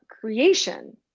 creation